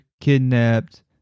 kidnapped